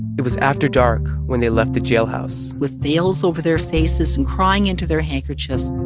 it was after dark when they left the jailhouse with veils over their faces and crying into their handkerchiefs